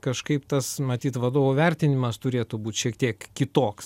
kažkaip tas matyt vadovo vertinimas turėtų būt šiek tiek kitoks